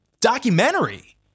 documentary